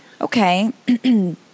Okay